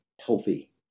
healthy